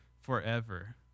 forever